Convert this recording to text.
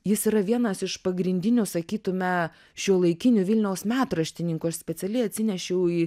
jis yra vienas iš pagrindinių sakytume šiuolaikinių vilniaus metraštininkų aš specialiai atsinešiau į